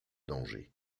danger